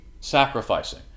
sacrificing